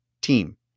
team